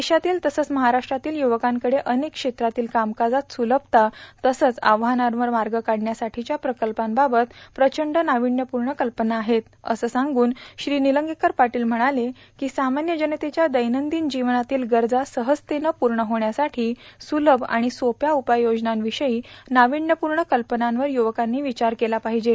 देशातील तसंच महाराष्ट्रातील युवकांकडं अनेक क्षेत्रातील कामकाजात सुलभता तसंच आव्हानांवर मार्ग काढण्यासाठीच्या प्रकल्पांबाबत प्रचंड नाविण्यपूर्ण कल्पना आहेत असं सांगून श्री पादील निलंगेकर म्हणाले की सामान्य जनतेच्या दैनंदिन जीवनातील गरजा सहजतेनं पूर्ण होण्यासाठी सुतभ आणि सोप्या उपाययोजनांविषयी नाविण्यपूर्ण कल्पनांवर युवकांनी विचार केला पाहिजे